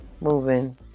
moving